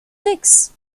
six